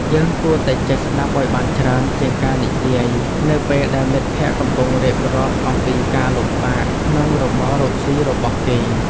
យើងគួរតែចេះស្ដាប់ឱ្យបានច្រើនជាងការនិយាយនៅពេលដែលមិត្តភក្តិកំពុងរៀបរាប់អំពីការលំបាកក្នុងរបររកស៊ីរបស់គេ។